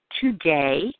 today